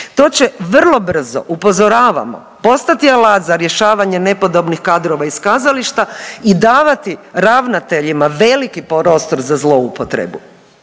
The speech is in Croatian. To će vrlo brzo upozoravamo postati alat za rješavanje nepodobnih kadrova iz kazališta i davati ravnateljima veliki prostor za zloupotrebu.